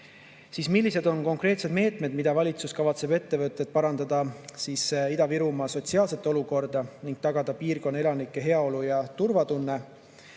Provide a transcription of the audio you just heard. "Millised on konkreetsed meetmed, mida valitsus kavatseb ette võtta, et parandada Ida-Virumaa sotsiaalset olukorda ning tagada piirkonna elanike heaolu ja turvatunne?"